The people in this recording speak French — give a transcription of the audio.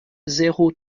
zéro